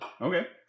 Okay